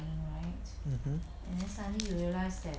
mmhmm